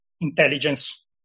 Intelligence